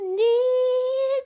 need